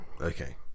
Okay